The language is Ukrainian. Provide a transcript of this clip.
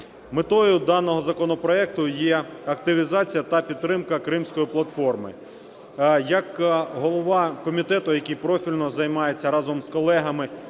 Метою даного законопроекту є активізація та підтримка Кримської платформи. Як голова, який профільно займається разом з колегами